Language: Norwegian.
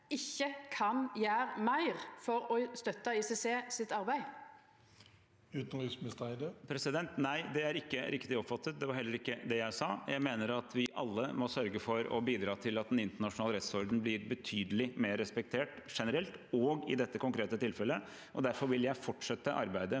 ikkje kan gjera meir for å støtta ICCs arbeid? Utenriksminister Espen Barth Eide Nei, det er ikke riktig oppfattet. Det var heller ikke det jeg sa. Jeg mener at vi alle må sørge for å bidra til at den internasjonale rettsordenen blir betydelig mer respektert generelt, også i dette konkrete tilfellet. Derfor vil jeg fortsette arbeidet